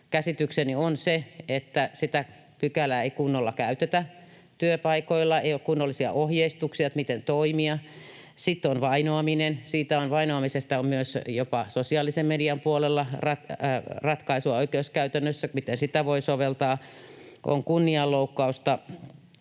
Käsitykseni on se, että sitä pykälää ei kunnolla käytetä työpaikoilla, ei ole kunnollisia ohjeistuksia, miten toimia. Sitten on vainoaminen. Vainoamisesta myös jopa sosiaalisen median puolella on ratkaisuja oikeuskäytännössä, miten sitä voi soveltaa. On kunnianloukkausta